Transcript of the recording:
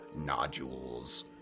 Nodules